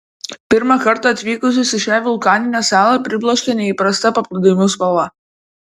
pirmą kartą atvykusius į šią vulkaninę salą pribloškia neįprasta paplūdimių spalva